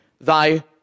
thy